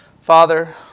Father